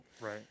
Right